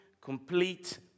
complete